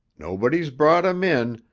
nobody's brought him in,